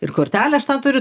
ir kortelę aš tą turiu